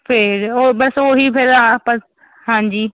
ਫੇਰ ਉਹ ਬਸ ਉਹੀ ਫਿਰ ਆਪਾਂ ਹਾਂਜੀ